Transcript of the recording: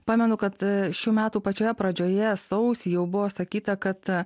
pamenu kad šių metų pačioje pradžioje sausį jau buvo sakyta kad